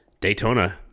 daytona